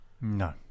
No